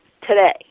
today